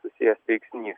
susijęs veiksnys